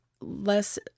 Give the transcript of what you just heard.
less